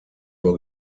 vor